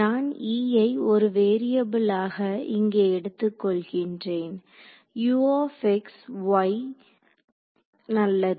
நான் E ஐ ஒரு வேரியபூளாக இங்கே எடுத்துக்கொள்கிறேன் நல்லது